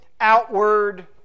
outward